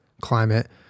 climate